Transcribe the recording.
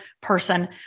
person